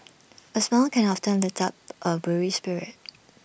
A smile can often lift up A weary spirit